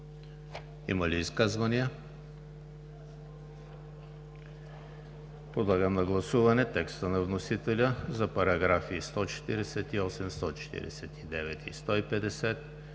Има ли изказвания? Подлагам на гласуване текста на вносителя за параграфи 148, 149 и 150,